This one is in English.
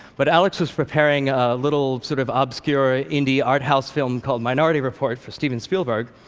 but alex was preparing a little, sort of obscure, indie, arthouse film called minority report for steven spielberg,